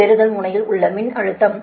பெறுதல் முனையில் உள்ள மின்னழுத்தம் 10